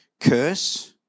curse